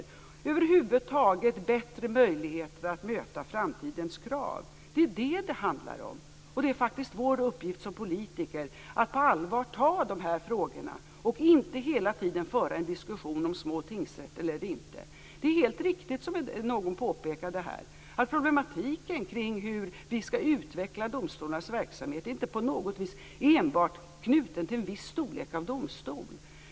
Det handlar över huvud taget om bättre möjligheter att möta framtidens krav. Det är detta det handlar om. Och det är faktiskt vår uppgift som politiker att ta de här frågorna på allvar och inte hela tiden föra en diskussion om små tingsrätters vara eller icke vara. Det är helt riktigt som någon påpekade här att problematiken kring hur vi skall utveckla domstolarnas verksamhet inte på något vis enbart är knuten till domstolar av en viss storlek.